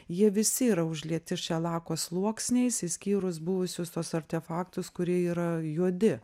jie visi yra užlieti šelako sluoksniais išskyrus buvusius tuos artefaktus kurie yra juodi